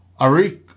Arik